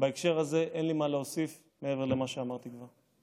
ובהקשר הזה אין לי מה להוסיף מעבר למה שאמרתי כבר.